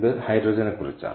ഇത് ഹൈഡ്രജനെക്കുറിച്ചാണ്